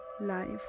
life